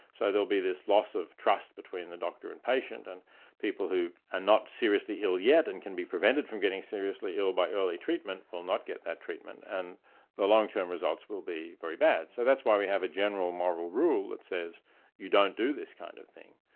so there'll be this loss of trust between the doctor and patient, and people who are not seriously ill yet and can be prevented from getting seriously ill by early treatment, will not get that treatment, and the long-term results will be very bad. so that's why we have a general moral rule that says you don't do this kind of thing,